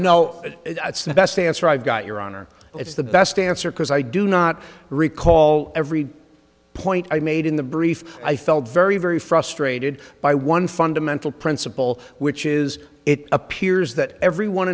it's the best answer i've got your honor it's the best answer because i do not recall every point i made in the brief i felt very very frustrated by one fundamental principle which is it appears that everyone